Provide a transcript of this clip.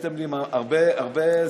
אני רואה שעשיתם פה הרבה נדבכים.